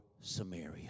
Samaria